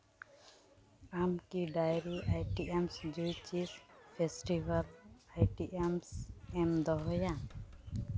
ᱟᱢᱠᱤ ᱰᱟᱭᱨᱤ I T M Sujoy ᱪᱤᱥ festival I T M S M ᱫᱚᱦᱚᱭᱟ